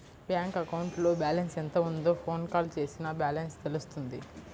bank అకౌంట్లో balance ఎంత ఉందో ఫోన్ కాల్ చేసినా బ్యాలెన్స్ తెలుస్తుంది